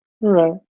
Right